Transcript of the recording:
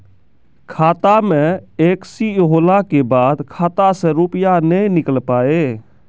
खाता मे एकशी होला के बाद खाता से रुपिया ने निकल पाए?